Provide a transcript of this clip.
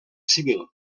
civil